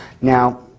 Now